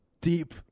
deep